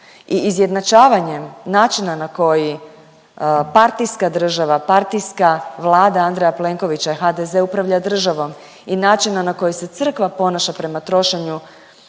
I izjednačavanjem načina na koji partijska država, partijska Vlada Andreja Plenkovića i HDZ upravlja državom i načina na koji se crkva ponaša prema trošenju